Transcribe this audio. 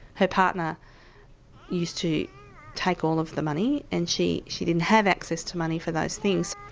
her partner used to take all of the money and she she didn't have access to money for those things,